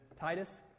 Titus